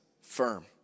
firm